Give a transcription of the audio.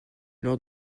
lors